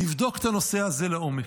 יבדוק את הנושא הזה לעומק.